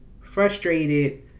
frustrated